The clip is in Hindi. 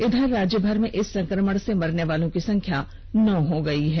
इधर राज्यभर में इस संक्रमण से मरनेवालों की संख्या नौ हो गयी है